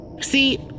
See